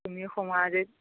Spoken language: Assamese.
তুমিও সোমোৱা যদি